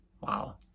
wow